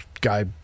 guy